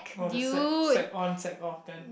no the sack sack on sack off then